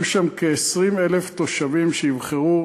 יהיו שם כ-20,000 תושבים שיבחרו.